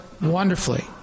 wonderfully